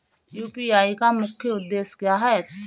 UPI का मुख्य उद्देश्य क्या है?